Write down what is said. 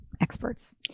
experts